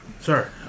Sir